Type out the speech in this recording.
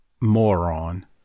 moron